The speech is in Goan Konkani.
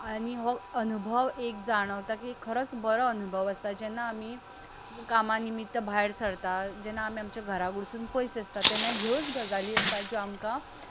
आनी हो अनुभव एक जाणवता की खरोच बरो अनुभव आसता जेन्ना आमी कामा निमितां भायर सरता जेन्ना आमी आमच्या घरा कडसून पयस आसता तेन्ना ह्योच गजाली आसता ज्यो आमकां